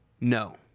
No